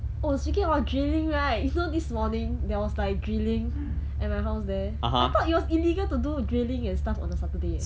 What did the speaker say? oh speaking about drilling right you know this morning there was like drilling at my house there I thought it was illegal to do drilling and stuff on a saturday eh